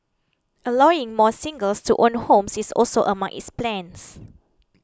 allowing more singles to own homes is also among its plans